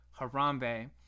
Harambe